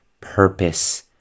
purpose